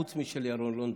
חוץ משל ירון לונדון,